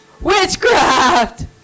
witchcraft